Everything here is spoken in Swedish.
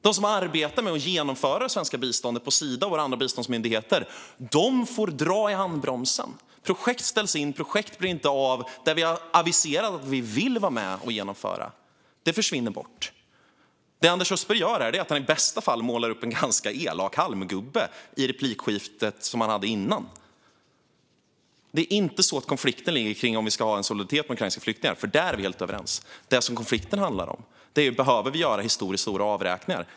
De som arbetar med svenskt bistånd på Sida och våra andra biståndsmyndigheter får dra i handbromsen. Projekt som vi har aviserat att vi vill vara med i blir inte av. Det Anders Österberg gjorde i förra replikskiftet var att i bästa fall måla upp en ganska elak halmgubbe. Konflikten gäller inte om vi ska vara solidariska med ukrainska flyktingar, för där är vi överens. Det konflikten handlar om är om vi behöver göra historiskt stora avräkningar.